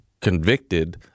convicted